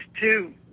two